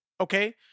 okay